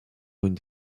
une